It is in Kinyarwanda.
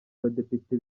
abadepite